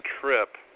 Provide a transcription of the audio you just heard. trip